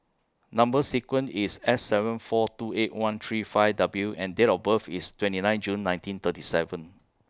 Number sequence IS S seven four two eight one three five W and Date of birth IS twenty nine June nineteen thirty seven